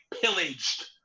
pillaged